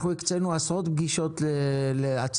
אנחנו הקצינו עשרות פגישות לעצמאים.